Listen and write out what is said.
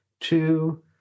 Two